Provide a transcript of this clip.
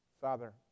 Father